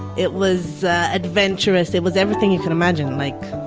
it was adventurous, it was everything you can imagine, like,